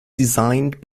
designed